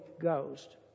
Ghost